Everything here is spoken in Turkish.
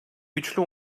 güçlü